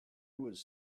was